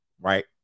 Right